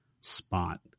spot